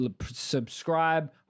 subscribe